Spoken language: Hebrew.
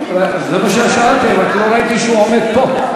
זה מה ששאלתי, רק לא ראיתי שהוא עומד פה.